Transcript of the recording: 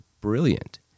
brilliant